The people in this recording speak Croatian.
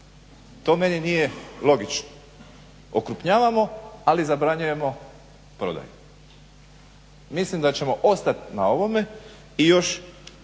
to meni nije logično. Okrupnjavamo ali zabranjujemo prodaju. Mislim da ćemo ostati na ovome i još